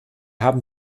haben